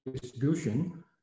distribution